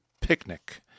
Picnic